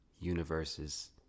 universes